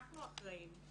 אנחנו אחראים.